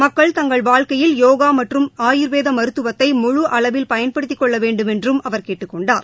மக்கள் தங்கள் வாழ்க்கையில் யோகா மற்றும் ஆயூர்வேத மருத்துவத்தை முழு அளவில் பயன்படுத்திக் கொள்ள வேண்டுமென்றும் அவர் கேட்டுக் கொண்டார்